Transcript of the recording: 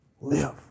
Live